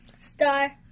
Star